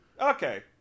Okay